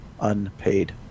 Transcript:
unpaid